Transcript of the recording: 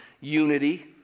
unity